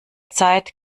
zeit